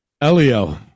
Elio